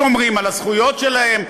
שומרים על הזכויות שלהם,